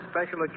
special